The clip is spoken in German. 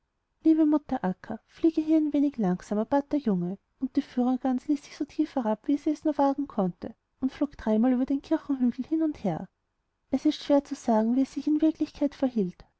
liebe mutter akka fliege hier ein wenig langsamer sagte der junge und diewildgansfandscheinbar daßdaseinbilligesverlangenwar dennsieließ sich so tief nieder wie sie es nur wagen konnte und flog dreimal über den kirchhof hin und her es ist schwer zu sagen wie es sich in wirklichkeit verhielt